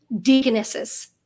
deaconesses